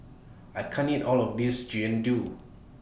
I can't eat All of This Jian Dui